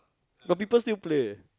got people still play eh